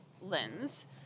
lens